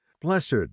Blessed